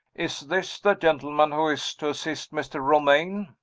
is this the gentleman who is to assist mr. romayne?